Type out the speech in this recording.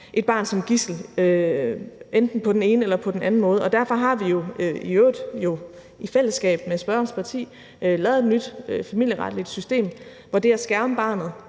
et barn som gidsel på enten den ene eller den anden måde. Derfor har vi jo, i øvrigt i fællesskab med spørgerens parti, lavet et nyt familieretligt system, hvor det helt centrale er at